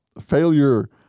failure